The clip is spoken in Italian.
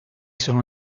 sono